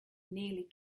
nearly